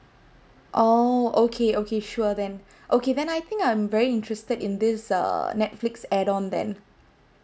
oh okay okay sure then okay then I think I'm very interested in this uh Netflix add on then